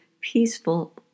peaceful